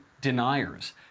deniers